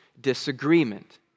disagreement